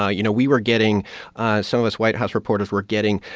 ah you know, we were getting some of us white house reporters were getting,